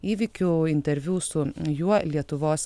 įvykių interviu su juo lietuvos